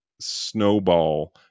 snowball